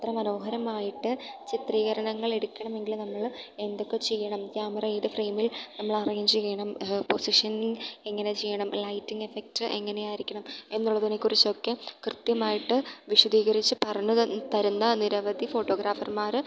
അത്ര മനോഹരമായിട്ട് ചിത്രീകരണങ്ങൾ എടുക്കണമെങ്കിൽ നമ്മൾ എന്തൊക്കെ ചെയ്യണം ക്യാമറ ഏതു ഫ്രെയിമിൽ നമ്മൾ അറേഞ്ച് ചെയ്യണം പൊസിഷനിങ് എങ്ങനെ ചെയ്യണം ലൈറ്റിംഗ് എഫക്റ്റ് എങ്ങനെയായിരിക്കണം എന്നുള്ളതിനെക്കുറിച്ചൊക്കെ കൃത്യമായിട്ട് വിശദീകരിച്ച് പറഞ്ഞു തരുന്ന നിരവധി ഫോട്ടോഗ്രാഫർമാർ